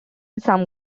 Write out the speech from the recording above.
some